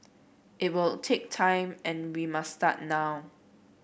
it will take time and we must start now